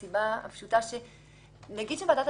כל הקונספט של ההשוואה או ההקבלה לדין הישראלי הוא קונספט שגוי,